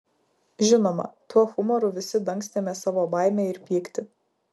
žinoma tuo humoru visi dangstėme savo baimę ir pyktį